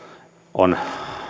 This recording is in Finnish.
on